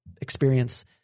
experience